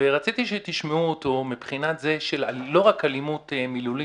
ורציתי שתשמעו אותו מבחינת זה לא רק אלימות מילולית,